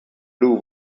blue